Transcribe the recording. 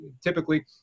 typically